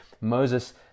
Moses